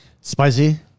Spicy